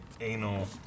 anal